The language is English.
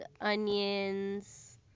onions